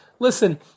listen